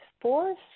fourth